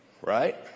Right